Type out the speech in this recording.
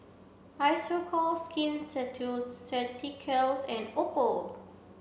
Isocal Skin Ceuticals and Oppo